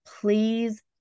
Please